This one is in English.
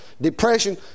depression